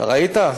אתה ראית?